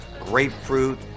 grapefruit